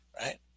right